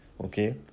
okay